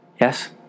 Yes